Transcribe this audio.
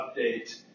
update